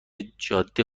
جاده